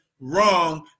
wrong